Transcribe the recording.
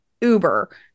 uber